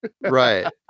right